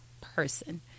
person